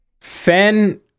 Fen